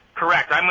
Correct